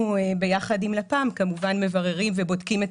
אנחנו ביחד עם לפ"ם כמובן מבררים ובודקים את